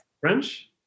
French